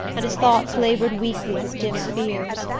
and his thoughts laboured weakly with dim fears.